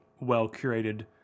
well-curated